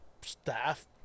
staff